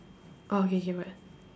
orh k k what